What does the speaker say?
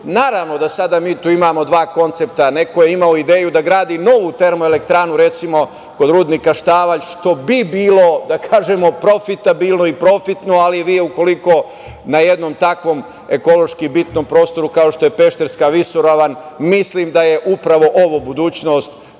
da sada mi tu imamo dva koncepta. Neko je imao ideju da gradi novu termoelektranu, recimo, kod rudnika Štavalj, što bi bilo profitabilno i profitno, ali ukoliko vi na jednom takvom ekološki bitnom prostoru, kao što je Pešterska visoravan… Mislim da je upravo ovo budućnost.